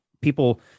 people